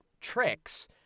tricks